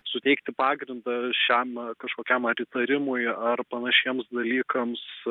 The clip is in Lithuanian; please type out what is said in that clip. suteikti pagrindą šiam kažkokiam ar įtarimui ar panašiems dalykams